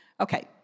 okay